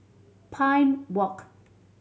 Pine Walk